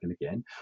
again